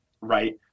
right